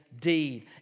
Deed